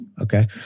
Okay